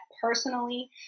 personally